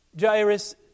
Jairus